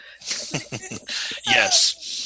Yes